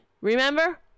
remember